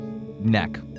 neck